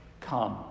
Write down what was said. come